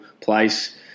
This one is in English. place